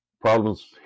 problems